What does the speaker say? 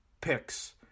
picks